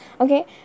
okay